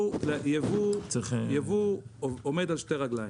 ייבוא עומד על שתי רגליים: